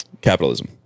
capitalism